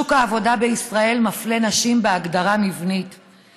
שוק העבודה בישראל מפלה נשים בהגדרה מבנית,